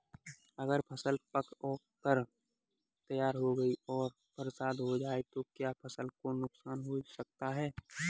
अगर फसल पक कर तैयार हो गई है और बरसात हो जाए तो क्या फसल को नुकसान हो सकता है?